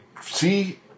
see